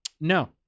No